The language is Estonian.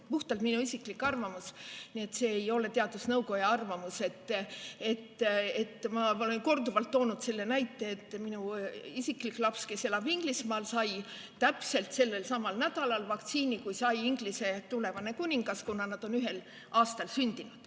puhtalt minu isiklik arvamus, see ei ole teadusnõukoja arvamus. Ma olen korduvalt toonud selle näite, et minu isiklik laps, kes elab Inglismaal, sai vaktsiini sellelsamal nädalal kui tulevane Inglise kuningas, kuna nad on ühel aastal sündinud.